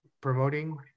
promoting